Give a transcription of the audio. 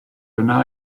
wna